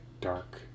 dark